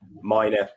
minor